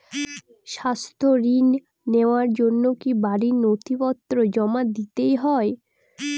স্বাস্থ্য ঋণ নেওয়ার জন্য কি বাড়ীর নথিপত্র জমা দিতেই হয়?